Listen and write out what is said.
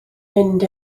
mynd